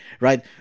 Right